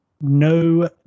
No